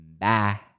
Bye